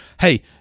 Hey